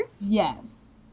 Yes